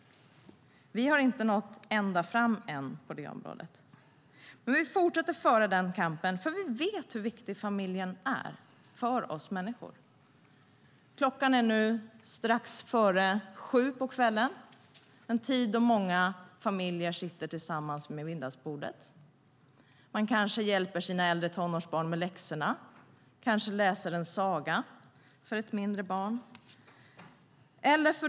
Vi har inte nått ända fram än på det området, men vi fortsätter att föra kampen. Vi vet nämligen hur viktig familjen är för oss människor. Klockan är nu strax före sju på kvällen - en tid då många familjer sitter tillsammans vid middagsbordet. Man kanske hjälper sina äldre tonårsbarn med läxorna. Man kanske läser en saga för ett mindre barn.